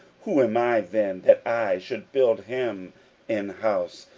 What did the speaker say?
who am i then, that i should build him an house,